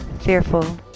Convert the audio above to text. fearful